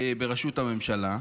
בראשות הממשלה,